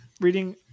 reading